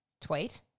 tweet